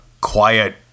quiet